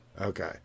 Okay